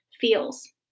feels